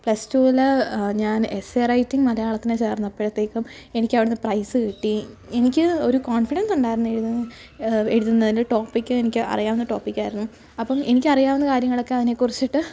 plus റ്റൂവിൽ ഞാൻ essay writing മലയാളത്തിന് ചേർന്നപ്പഴത്തേക്കും എനിക്ക് അവിടുന്ന് പ്രൈസ് കിട്ടി എനിക്ക് ഒരു കോൺഫിഡെൻസ് ഉണ്ടായിരുന്നു എഴുതാൻ എഴുതുന്നതിൻ്റെ ടോപ്പിക്ക് എനിക്ക് അറിയാവുന്ന ടോപ്പിക്ക് ആയിരുന്നു അപ്പം എനിക്ക് അറിയാവുന്ന കാര്യങ്ങളൊക്കെ അതിനേക്കുറിച്ചിട്ട്